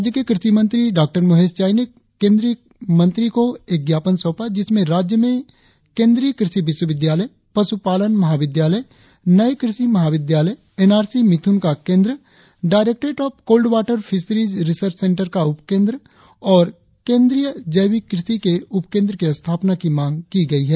राज्य के कृषि मंत्री डाँ मोहेश चाई ने केंद्रीय मंत्री को एक ज्ञापन सौपा जिसमें राज्य में केंद्रीय कृषि विश्व विद्यालय पशुपालन महाविद्यालय नये कृषि महाविद्यालय एनआरसी मिथुन का केंद्र directorate of cold water fisheries research centre का उपकेंद्र और केंद्रीय जैविक कृषि के उपकेंद्र की स्थापना की मांग की गई है